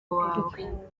wawe